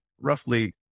roughly